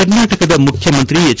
ಕರ್ನಾಟಕದ ಮುಖ್ಯಮಂತ್ರಿ ಎಚ್